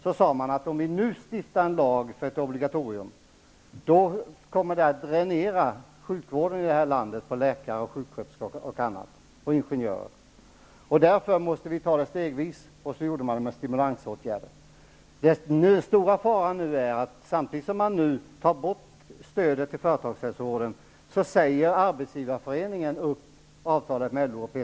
Man sade då att om vi stiftar en lag om ett obligatorium, kommer sjukvården i landet att dräneras på läkare, sjuksköterskor och ingenjörer. Därför måste uppbyggnaden ske stegvis, och så bestämmde man sig för stimulansåtgärder. Den stora faran är nu att samtidigt som man tar bort stödet till företagshälsovården säger PTK.